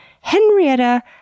Henrietta